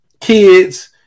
kids